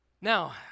Now